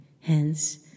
hence